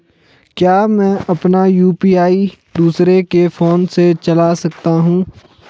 क्या मैं अपना यु.पी.आई दूसरे के फोन से चला सकता हूँ?